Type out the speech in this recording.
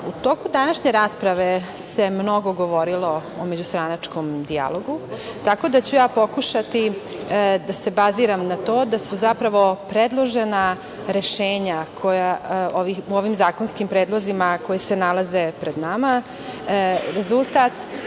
u toku današnje rasprave se mnogo govorilo o međustranačkom dijalogu, tako da ću ja pokušati da se baziram na to da su zapravo predložena rešenja u ovim zakonskim predlozima koji se nalaze pred nama rezultat,